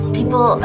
People